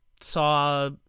saw